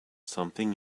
something